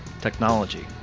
technology